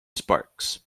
sparks